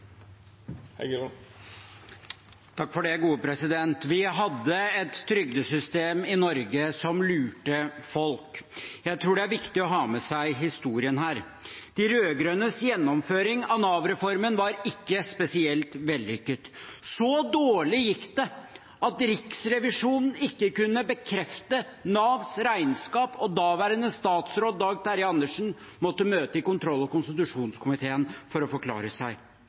Vi hadde et trygdesystem i Norge som lurte folk. Jeg tror det er viktig å ha med seg historien her. De rød-grønnes gjennomføring av Nav-reformen var ikke spesielt vellykket. Så dårlig gikk det at Riksrevisjonen ikke kunne bekrefte Navs regnskap, og daværende statsråd, Dag Terje Andersen, måtte møte i kontroll- og konstitusjonskomiteen for å forklare seg.